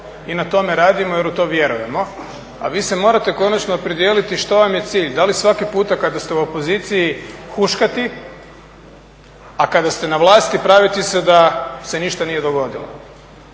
i na tome radimo jer u to vjerujemo, a vi se morate konačno opredijeliti što vam je cilj, da li svaki puta kada ste u opoziciji huškati a kada ste na vlasti praviti se da se ništa nije dogodilo.